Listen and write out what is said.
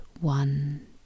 one